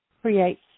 create